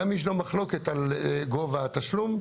גם אם יש לו מחלוקת על גובה התשלום,